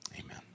Amen